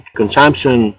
consumption